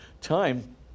time